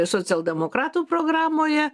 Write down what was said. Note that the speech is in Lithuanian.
socialdemokratų programoje